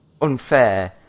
unfair